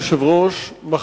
אדוני היושב-ראש, תודה רבה.